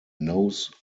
knows